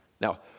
Now